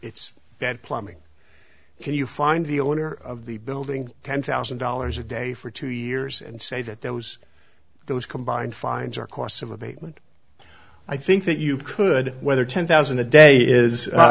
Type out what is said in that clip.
it's that plumbing can you find the owner of the building can thousand dollars a day for two years and say that those those combined fines or costs of abatement i think that you could whether ten thousand a day is